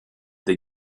the